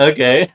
Okay